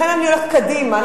לכן אני הולכת קדימה.